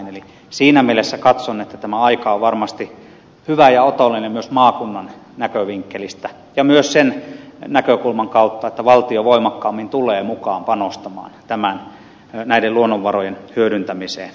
eli siinä mielessä katson että tämä aika on varmasti hyvä ja otollinen myös maakunnan näkövinkkelistä ja myös sen näkökulman kautta että valtio voimakkaammin tulee mukaan panostamaan näiden luonnonvarojen hyödyntämiseen